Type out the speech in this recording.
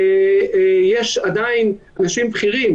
יש עדיין אנשים בכירים